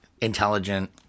intelligent